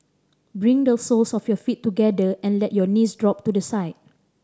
bring the soles of your feet together and let your knees drop to the side